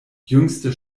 jüngste